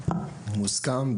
מוסכם,